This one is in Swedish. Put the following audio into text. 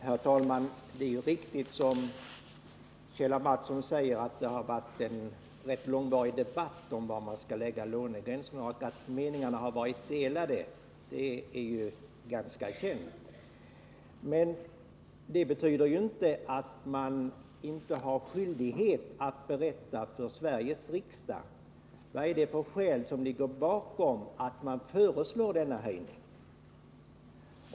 Herr talman! Det är riktigt som Kjell Mattsson säger att det varit en rätt långvarig debatt om var man skall lägga lånegränsen och att meningarna varit delade. Det är ju ganska känt. Men det betyder inte att man inte har skyldighet att berätta för Sveriges riksdag vad det är för skäl som ligger bakom när man föreslår denna höjning.